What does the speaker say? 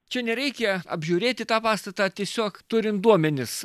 čia nereikia apžiūrėti tą pastatą tiesiog turim duomenis